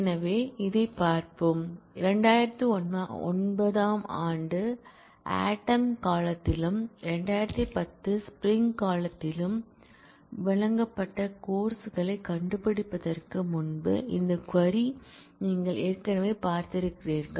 எனவே இதைப் பார்ப்போம் 2009 ஆம் ஆண்டு ஆட்டம் காலத்திலும் 2010 ஸ்ப்ரிங் காலத்தில் வீழ்ச்சியிலும் வழங்கப்பட்ட கோர்ஸ் களைக் கண்டுபிடிப்பதற்கு முன்பு இந்த க்வரி நீங்கள் ஏற்கனவே பார்த்திருக்கிறீர்கள்